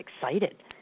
excited